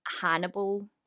hannibal